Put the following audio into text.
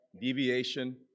deviation